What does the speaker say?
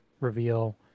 reveal